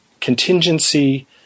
contingency